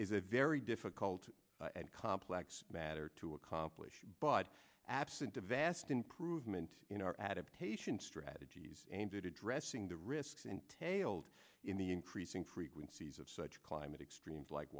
is a very a difficult and complex matter to accomplish but absent a vast improvement in our adaptation strategies aimed at addressing the risks entailed in the increasing frequencies of such climate extremes like